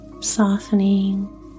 Softening